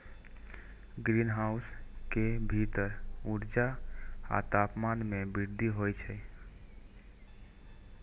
greenhouse के भीतर ऊर्जा आ तापमान मे वृद्धि होइ छै